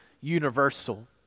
universal